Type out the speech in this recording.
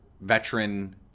veteran